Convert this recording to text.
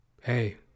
hey